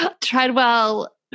Treadwell